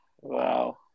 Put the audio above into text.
Wow